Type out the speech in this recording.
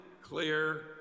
clear